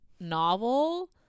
novel